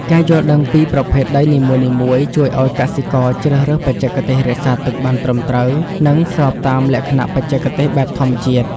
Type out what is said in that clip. ការយល់ដឹងពីប្រភេទដីនីមួយៗជួយឱ្យកសិករជ្រើសរើសបច្ចេកទេសរក្សាទឹកបានត្រឹមត្រូវ និងស្របតាមលក្ខណៈបច្ចេកទេសបែបធម្មជាតិ។